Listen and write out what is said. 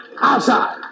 Outside